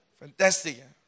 Fantastic